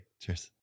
Cheers